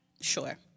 sure